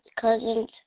cousins